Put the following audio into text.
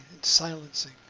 silencing